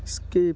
skip